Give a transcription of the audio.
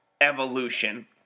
Evolution